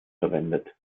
verwendet